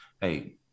Hey